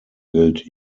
gilt